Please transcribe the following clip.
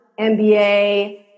MBA